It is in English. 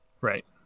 Right